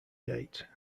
date